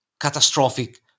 catastrophic